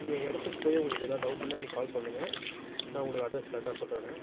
நீங்கள் இடத்துக்கு போய் உங்களுக்கு எதா டௌட்டுன்னா எனக் கால் பண்ணுங்கள் நான் உங்களுக்கு அட்ரஸ் கரெக்டாக சொல்றண்ணா